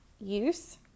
use